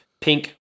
pink